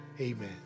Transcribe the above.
Amen